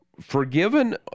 forgiven